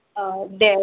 औ दे